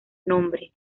nombre